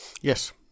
Yes